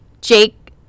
jake